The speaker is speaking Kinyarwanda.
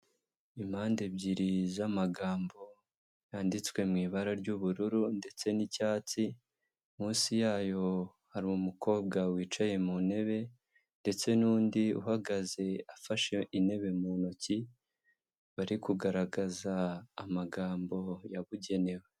Impande ebyiri z'amagambo yanditswe mu ibara ry'ubururu ndetse n'icyatsi, munsi yayo hari umukobwa wicaye mu ntebe ndetse n'ndi uhagaze afashe intebe mu ntoki. Bari kugaragaza amagambo yabugenewe.